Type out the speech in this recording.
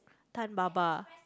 Time Baba